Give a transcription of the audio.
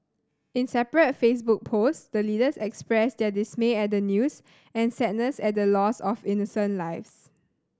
in separate Facebook post the leaders expressed their dismay at the news and sadness at the loss of innocent lives